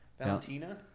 Valentina